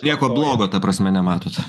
nieko blogo ta prasme nematot